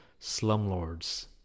slumlords